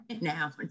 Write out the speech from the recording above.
Now